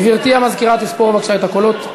גברתי המזכירה תספור בבקשה את הקולות.